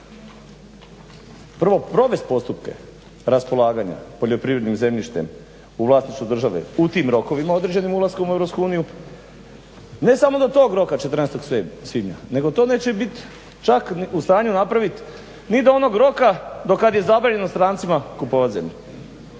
prvo provesti postupke raspolaganja poljoprivrednim zemljištem u vlasništvu države u tim rokovima određenim ulaskom u EU, ne samo do tog roka 14. svibnja nego to neće biti čak u stanju napraviti ni do onog roka do kad je zabranjeno strancima kupovati zemlju.